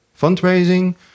fundraising